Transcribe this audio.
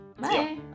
Bye